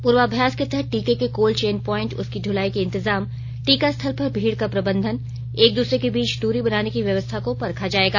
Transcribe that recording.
पूर्वाभ्यास के तहत टीके के कोल्ड चेन प्वाइंट उसकी दलाई के इंतजाम टीका स्थल पर भीड़ का प्रबंधन एक दूसरे के बीच दूरी बनाने की व्यवस्था को परखा जाएगा